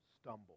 stumble